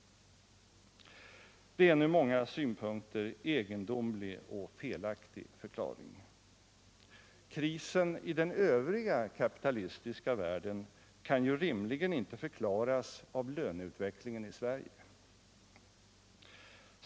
Det är en från många synpunkter egendomlig och felaktig förklaring. Krisen i den övriga kapitalistiska världen kan ju rimligen inte förklaras av löneutvecklingen i Sverige.